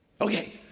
Okay